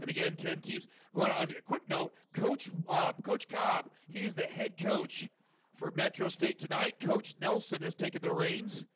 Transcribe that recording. and again ten teams want to and quick note coach coach cobb. he is the head coach for metro state tonight coach nelson has taken the reins